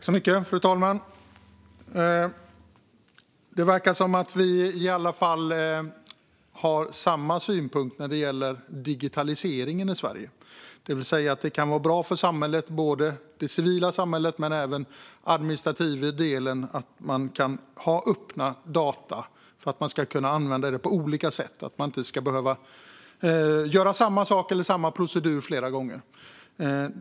Fru talman! Det verkar som att vi i alla fall har samma syn när det gäller digitaliseringen i Sverige, det vill säga att det kan vara bra för samhället, både det civila samhället och den administrativa delen, att man kan ha öppna data och använda dessa på olika sätt. Man ska inte behöva göra samma sak eller samma procedur flera gånger.